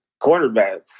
quarterbacks